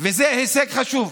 וזה הישג חשוב,